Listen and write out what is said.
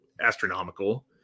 astronomical